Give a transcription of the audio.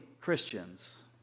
Christians